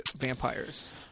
vampires